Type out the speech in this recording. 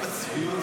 בושה.